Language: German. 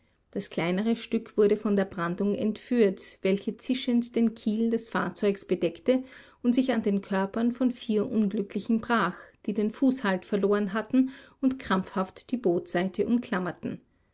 das kleinere stück wurde von der brandung entführt welche zischend den kiel des fahrzeugs bedeckte und sich an den körpern von vier unglücklichen brach die den fußhalt verloren hatten und krampfhaft die bootseite umklammerten